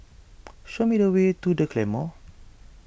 show me the way to the Claymore